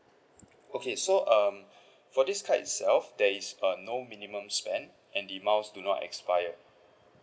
okay so um for this card itself there is uh no minimum spend and the miles do not expire